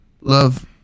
love